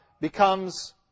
becomes